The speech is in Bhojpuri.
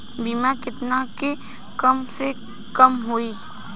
बीमा केतना के कम से कम होई?